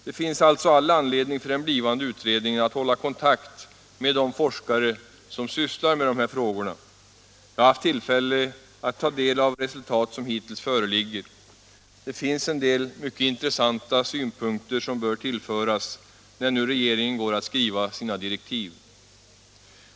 Det finns alltså all anledning för den blivande utredningen att hålla kontakt med de forskare som sysslar med de här frågorna. Jag har haft tillfälle att ta del av de resultat som hittills framkommit. Det finns där en del mycket intressanta synpunkter som bör tillföras när nu regeringen går att skriva sina direktiv.